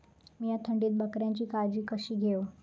मीया थंडीत बकऱ्यांची काळजी कशी घेव?